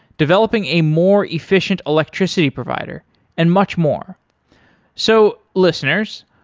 developing a more efficient electricity provider and much more so listeners,